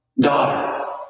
daughter